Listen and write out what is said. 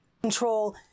Control